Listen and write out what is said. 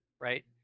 right